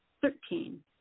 thirteen